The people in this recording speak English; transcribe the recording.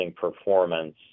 performance